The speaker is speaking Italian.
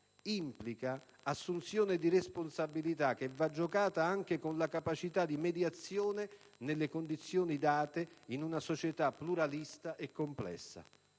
implica assunzione di responsabilità che va giocata anche con la capacità di mediazione nelle condizioni date in una società pluralistica e complessa.